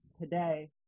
today